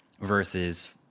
versus